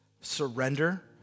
surrender